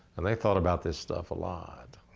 and they thought about this stuff a lot.